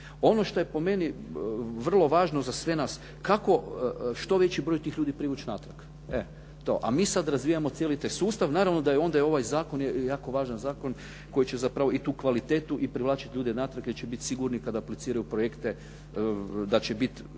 Ono što je po meni vrlo važno za sve nas, kako što veći broj tih ljudi privući natrag, e to? A mi sad razvijamo cijeli taj sustav, naravno da je onda i ovaj zakon jako važan zakon koji će zapravo i tu kvalitetu i privlačiti ljude natrag jer će biti sigurniji kad apliciraju projekte da će biti